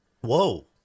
Whoa